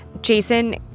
Jason